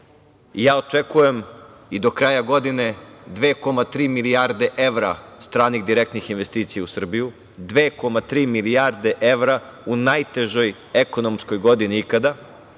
očekujem i do kraja godine 2,3 milijarde evra stranih direktnih investicija u Srbiju, 2,3 milijarde evra u najtežoj ekonomskoj godini ikada.